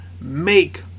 make